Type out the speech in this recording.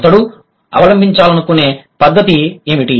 అతను అవలంబించాలనుకునే పద్దతి ఏమిటి